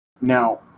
Now